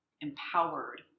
empowered